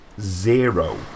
zero